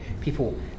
people